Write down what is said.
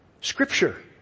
Scripture